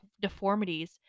deformities